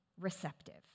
receptive